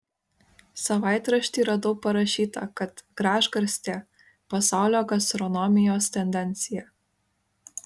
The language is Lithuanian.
savaitrašty radau parašyta kad gražgarstė pasaulio gastronomijos tendencija